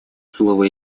слово